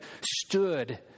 stood